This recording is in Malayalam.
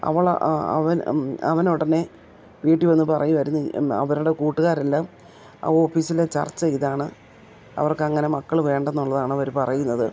അവൾ അവൻ അവനുടനെ വീട്ടിൽ വന്നു പറയുമായിരുന്നു അവരുടെ കൂട്ടുകാരെല്ലാം ആ ഓഫീസിലെ ചർച്ചയിതാണ് അവർക്കങ്ങനെ മക്കൾ വേണ്ടെന്നുള്ളതാണവർ പറയുന്നത്